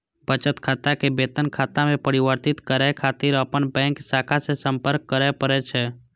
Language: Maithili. बचत खाता कें वेतन खाता मे परिवर्तित करै खातिर अपन बैंक शाखा सं संपर्क करय पड़ै छै